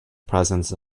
presence